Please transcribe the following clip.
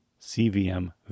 CVM